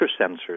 sensors